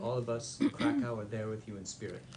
תוודאו קודם שאין תקלה עם זה.